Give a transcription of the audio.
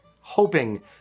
hoping